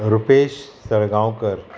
Rupesh Salgaonkar